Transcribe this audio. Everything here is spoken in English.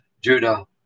Judah